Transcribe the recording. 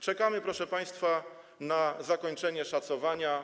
Czekamy, proszę państwa, na zakończenie szacowania.